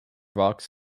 rocks